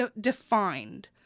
defined